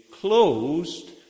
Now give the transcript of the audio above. closed